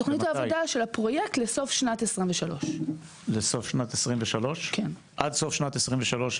בתוכנית העבודה של הפרויקט לסוף שנת 23'. עד סוף שנת 23',